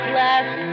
last